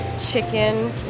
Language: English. chicken